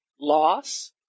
loss